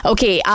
Okay